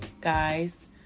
guys